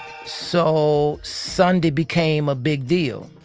so sunday became a big deal